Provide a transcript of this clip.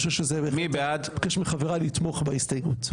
אני מבקש מחבריי לתמוך בהסתייגות.